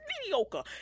mediocre